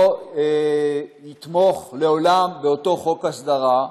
לא יתמוך לעולם באותו חוק הסדרה.